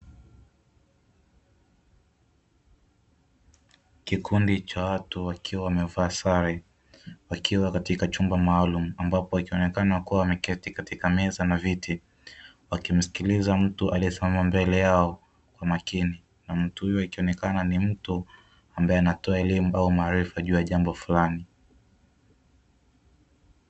Kikundi cha watu wakiwa wamevaa sare, wakiwa katika chumba maalumu, ambapo wakionekana kuwa wameketi katika meza na viti, wakimsikiliza mtu aliyesimama mbele yao kwa makini, na mtu huyo akionekana ni mtu ambaye anatoa elimu au maarifa juu ya jambo fulani.